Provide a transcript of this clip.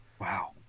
Wow